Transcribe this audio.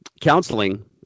counseling